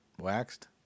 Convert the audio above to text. Waxed